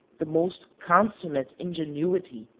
the most consummate ingenuity,